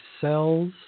cells